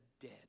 dead